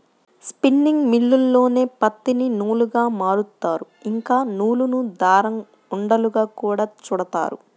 spinning మిల్లుల్లోనే పత్తిని నూలుగా మారుత్తారు, ఇంకా నూలును దారం ఉండలుగా గూడా చుడతారు